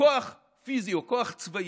כוח פיזי או כוח צבאי,